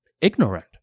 Ignorant